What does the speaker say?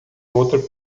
outra